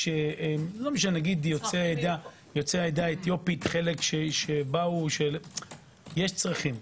נגיד יוצאי העדה האתיופית, חלק שבאו - יש צרכים.